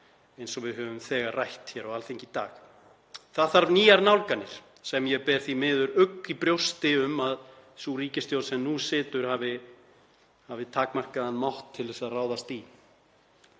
eins og við höfum þegar rætt á Alþingi í dag. Það þarf nýjar nálganir sem ég ber því miður ugg í brjósti um að sú ríkisstjórn sem nú situr hafi takmarkaðan mátt til að ráðast í.